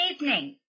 evening